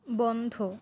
বন্ধ